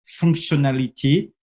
functionality